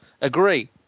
agree